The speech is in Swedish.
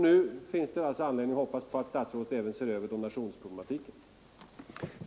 Nu finns det alltså anledning att hoppas på att herr statsrådet kommer att se över även detta problem med donationsmedlen.